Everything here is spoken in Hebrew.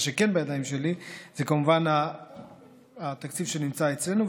מה שכן בידיים שלי זה כמובן התקציב שנמצא אצלנו,